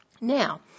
Now